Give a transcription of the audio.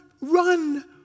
run